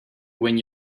when